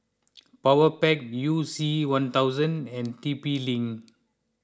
Powerpac You C one thousand and T P Link